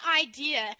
idea